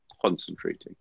concentrating